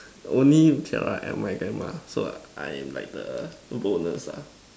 only tiara and my grandma so I'm like the bonus ah